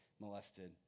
molested